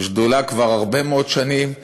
השדולה כבר הרבה מאוד שנים.